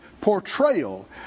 portrayal